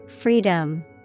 Freedom